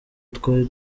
twari